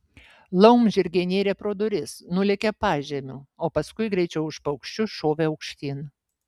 laumžirgiai nėrė pro duris nulėkė pažemiu o paskui greičiau už paukščius šovė aukštyn